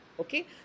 Okay